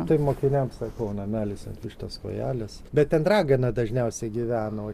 taip mokiniams sakau namelis ant vištos kojelės bet ten ragana dažniausiai gyvena o